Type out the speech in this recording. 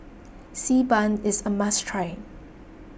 Xi Ban is a must try